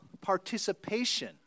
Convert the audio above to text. participation